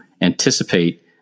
anticipate